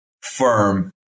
firm